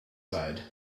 side